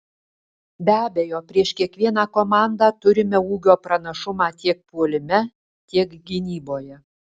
be abejo prieš kiekvieną komandą turime ūgio pranašumą tiek puolime tiek gynyboje